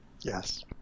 yes